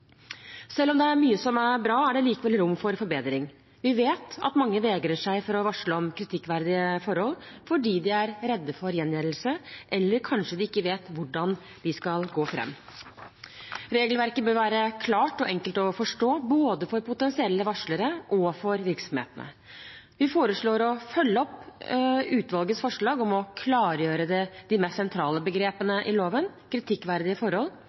Selv om det er mye som er bra, er det likevel rom for forbedring. Vi vet at mange vegrer seg for å varsle om kritikkverdige forhold, fordi de er redde for gjengjeldelse, eller kanskje de ikke vet hvordan de skal gå fram. Regelverket bør være klart og enkelt å forstå, både for potensielle varslere og for virksomhetene. Vi foreslår å følge opp utvalgets forslag om å klargjøre de mest sentrale begrepene i loven: «kritikkverdige forhold»,